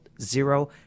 zero